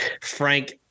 Frank